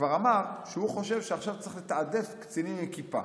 שכבר אמר שהוא חושב שעכשיו צריך לתעדף קצינים עם כיפה.